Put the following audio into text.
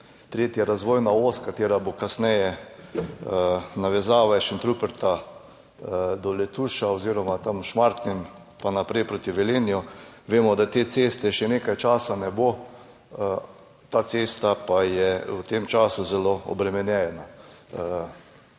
tudi 3. razvojna os, ki bo kasneje navezava iz Šentruperta do Letuša oziroma tam v Šmartnem pa naprej proti Velenju. Vemo, da tiste ceste še nekaj časa ne bo, ta cesta pa je v tem času zelo obremenjena.